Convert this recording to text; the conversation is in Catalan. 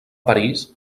parís